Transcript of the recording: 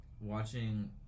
watching